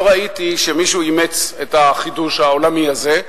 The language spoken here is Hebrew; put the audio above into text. לא ראיתי שמישהו אימץ את החידוש העולמי הזה.